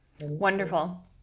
Wonderful